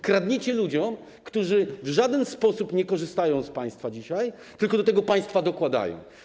Okradacie ludzi, którzy w żaden sposób nie korzystają z państwa, tylko do tego państwa dokładają.